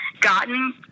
gotten